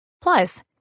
Plus